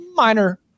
Minor